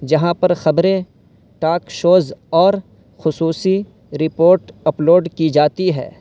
جہاں پر خبریں ٹاک شوز اور خصوصی رپورٹ اپ لوڈ کی جاتی ہے